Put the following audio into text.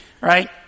right